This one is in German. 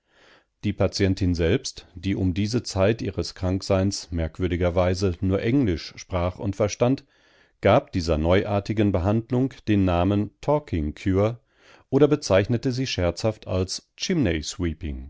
die patientin selbst die um diese zeit ihres krankseins merkwürdigerweise nur englisch sprach und verstand gab dieser neuartigen behandlung den namen talking cure oder bezeichnete sie scherzhaft als